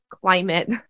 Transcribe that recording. climate